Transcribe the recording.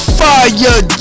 fire